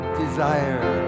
desire